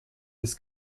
des